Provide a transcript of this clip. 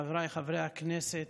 חבריי חברי הכנסת,